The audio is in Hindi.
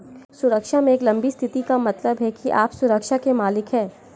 सुरक्षा में एक लंबी स्थिति का मतलब है कि आप सुरक्षा के मालिक हैं